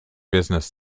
business